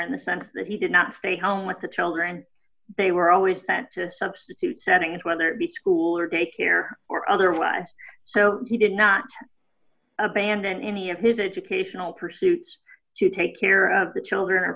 in the sense that he did not stay home with the children they were always sent to substitute settings whether it be school or daycare or otherwise so he did not abandon any of his educational pursuits to take care of the children